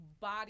body